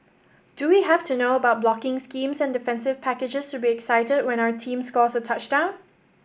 do we have to know about blocking schemes and defensive packages to be excited when our team scores a touchdown